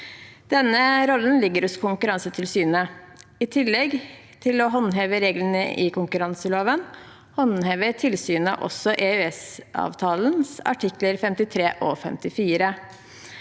Denne rollen ligger hos Konkurransetilsynet. I tillegg til å håndheve reglene i konkurranseloven håndhever tilsynet også EØS-avtalens artikler 53 og 54.